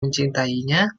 mencintainya